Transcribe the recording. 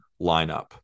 lineup